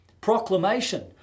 proclamation